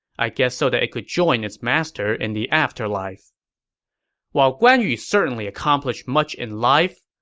i guess so that it could join its master in the afterlife while guan yu certainly accomplished much in life,